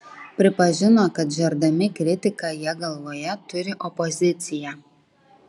pripažino kad žerdami kritiką jie galvoje turi opoziciją